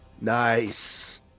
Nice